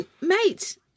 mate